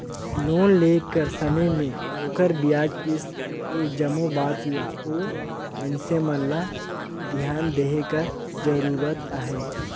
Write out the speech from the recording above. loan लेय कर समे में ओखर बियाज, किस्त ए जम्मो बात ल ओ मइनसे मन ल धियान देहे कर जरूरत अहे